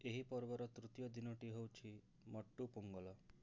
ଏହି ପର୍ବର ତୃତୀୟ ଦିନଟି ହେଉଛି ମଟ୍ଟୁ ପୋଙ୍ଗଲ